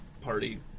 party